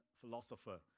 philosopher